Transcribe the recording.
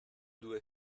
due